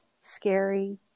scary